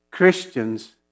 Christians